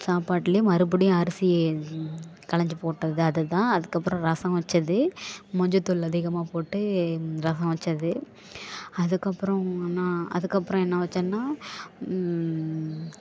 சாப்பாட்டுலயே மறுபடியும் அரிசி கலைஞ்சி போட்டது அது தான் அதற்கப்புறம் ரசம் வச்சது மஞ்சள்தூள் அதிகமாக போட்டு ரசம் வச்சது அதற்கப்புறம் என்ன அதற்கப்புறம் என்ன வச்சேன்னா